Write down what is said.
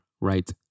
right